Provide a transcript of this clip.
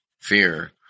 fear